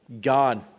God